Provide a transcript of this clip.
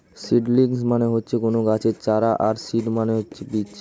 seedlings মানে হচ্ছে কোনো গাছের চারা আর সিড মানে বীজ